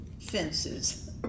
fences